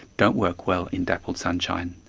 don't work well in dappled sunshine.